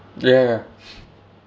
ya ya